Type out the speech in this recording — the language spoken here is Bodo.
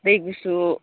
दै गुसु